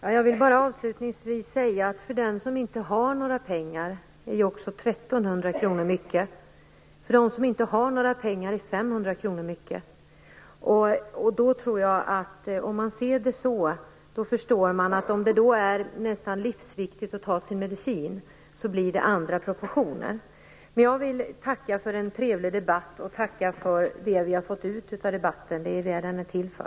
Herr talman! Avslutningsvis vill jag säga att för den som inte har några pengar är också 1 300 kr mycket, men även 500 kr är mycket för den som inte har några pengar. Om man ser detta på det viset tror jag att man förstår att det, om det är nästan livsviktigt att ta sin medicin, blir fråga om andra proportioner. Jag vill tacka för en trevlig debatt och för det som vi har fått ut av debatten. Det är ju det som debatten är till för.